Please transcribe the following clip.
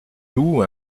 d’où